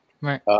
Right